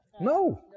no